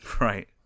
Right